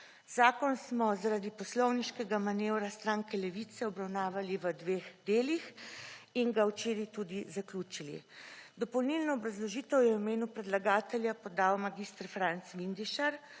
Zakon smo zaradi poslovniškega manevra stranke Levica obravnavali v dveh delih in ga včeraj tudi zaključili. Dopolnilno obrazložitev je v imenu predlagatelja podal mag. Franc Vindišar,